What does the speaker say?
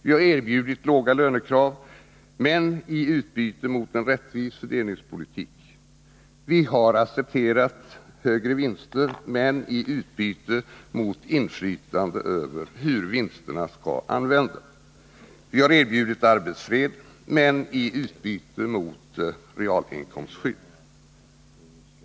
Vi har erbjudit låga lönekrav — men i utbyte mot en rättvis fördelningspolitik. Vi har accepterat högre vinster — men i utbyte mot inflytande över hur vinsterna skall användas. Vi har erbjudit arbetsfred — men i utbyte mot realinkomstskydd.